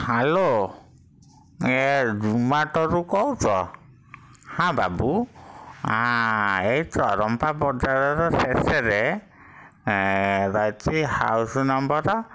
hello ଏ ଜୋମାଟୋରୁ କହୁଛ ହାଁ ବାବୁ ଏଇ ଚରମ୍ପା ବଜାର ର ଶେଷ ରେ ରାଜି ହାଉସ୍ ନମ୍ବର୍